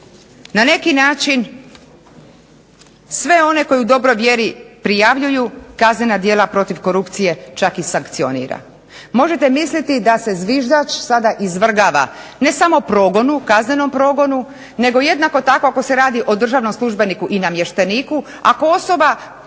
na neki način sve one koji u dobroj vjeri prijavljuju kaznena djela protiv korupcije čak i sankcionira. Možete misliti da se zviždač sada izvrgava ne samo progonu, kaznenom progonu, nego jednako tako ako se radi o državnom službeniku i namješteniku, ako osoba